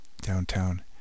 downtown